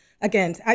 Again